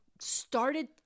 started